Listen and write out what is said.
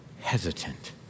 hesitant